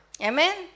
Amen